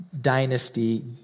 dynasty